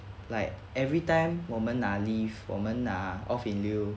like everytime 我们拿 leave 我们拿 off days